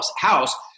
house